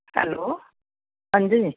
hello ਹਾਂਜੀ